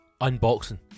unboxing